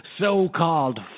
so-called